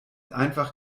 einfach